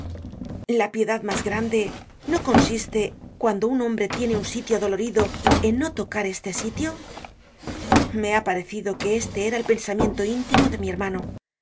la piedad mas grande no consiste cuando un hombre tiene un sitio dolorido en no tocar este sitio me ha parecido que este era el pensa miento íntimo de mi hermano en